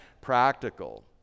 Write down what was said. practical